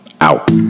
out